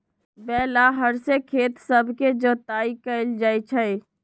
बैल आऽ हर से खेत सभके जोताइ कएल जाइ छइ